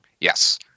Yes